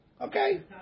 okay